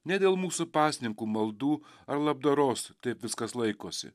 ne dėl mūsų pasninkų maldų ar labdaros taip viskas laikosi